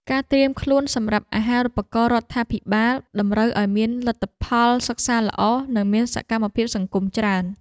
ការត្រៀមខ្លួនសម្រាប់អាហារូបករណ៍រដ្ឋាភិបាលតម្រូវឱ្យមានលទ្ធផលសិក្សាល្អនិងមានសកម្មភាពសង្គមច្រើន។